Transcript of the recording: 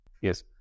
Yes